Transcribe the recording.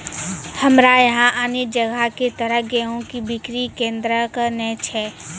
हमरा यहाँ अन्य जगह की तरह गेहूँ के बिक्री केन्द्रऽक नैय छैय?